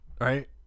right